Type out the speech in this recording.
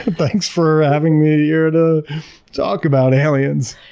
thanks for having me here to talk about aliens.